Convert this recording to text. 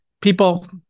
People